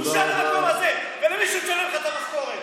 בושה למקום הזה ולמי שמשלם לך את המשכורת.